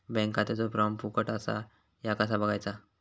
Bank खात्याचो form फुकट असा ह्या कसा बगायचा?